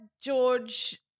George